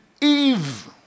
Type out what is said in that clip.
Eve